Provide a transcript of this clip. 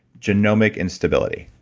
genomic instability.